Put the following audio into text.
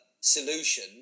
solution